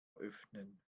öffnen